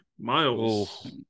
Miles